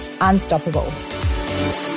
unstoppable